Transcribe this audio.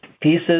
pieces